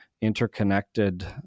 Interconnected